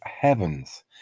heavens